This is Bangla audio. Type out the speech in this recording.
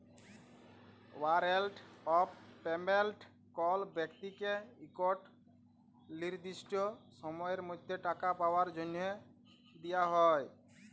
ওয়ারেল্ট অফ পেমেল্ট কল ব্যক্তিকে ইকট লিরদিসট সময়ের মধ্যে টাকা পাউয়ার জ্যনহে দিয়া হ্যয়